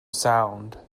sound